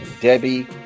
Debbie